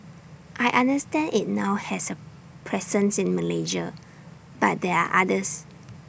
I understand IT now has A presence in Malaysia but there are others